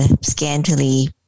scantily